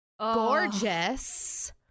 gorgeous